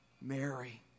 Mary